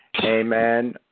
Amen